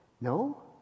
No